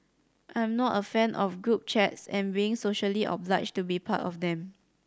I'm not a fan of group chats and being socially obliged to be part of them